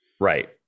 Right